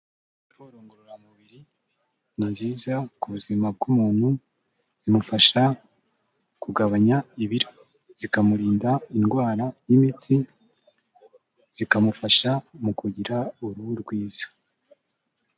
Siporo ngororamubiri ni nziza ku buzima bw'umuntu, zimufasha kugabanya ibiro, zikamurinda indwara y'imitsi, zikamufasha mu kugira uruhu rwiza.